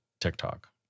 TikTok